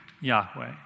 Yahweh